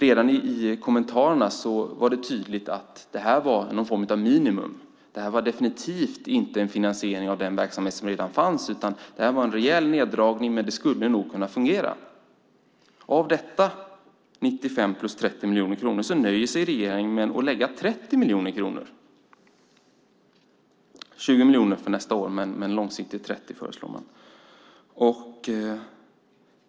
Redan i kommentarerna var det tydligt att det här var någon form av minimum och definitivt inte en finansiering av den verksamhet som redan fanns. Det var en rejäl neddragning. Men det skulle nog kunna fungera. Av dessa 95 miljoner plus 30 miljoner nöjer sig regeringen med att lägga 30 miljoner kronor - 20 miljoner för nästa år men långsiktigt 30 miljoner.